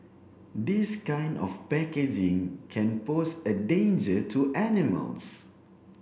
this kind of packaging can pose a danger to animals